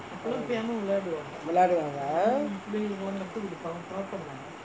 விளையாடுவாங்கே:vilayaduvaangae